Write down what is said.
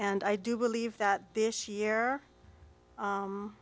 and i do believe that this year